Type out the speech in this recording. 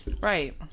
Right